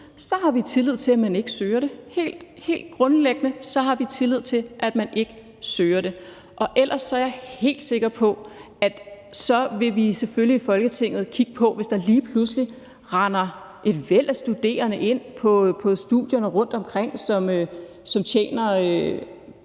så har vi tillid til, at man ikke søger det; helt, helt grundlæggende har vi tillid til, at man ikke søger det. Og ellers er jeg helt sikker på, at vi selvfølgelig i Folketinget vil kigge på det, hvis der lige pludselig render et væld af studerende rundt på studierne, som tjener